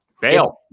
bail